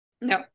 No